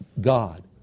God